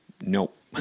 nope